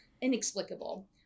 inexplicable